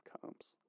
comes